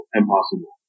impossible